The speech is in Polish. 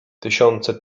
tysiące